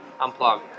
unplug